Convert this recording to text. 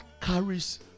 carries